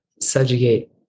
subjugate